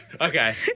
Okay